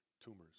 tumors